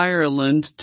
Ireland